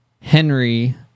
Henry